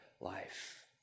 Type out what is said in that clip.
life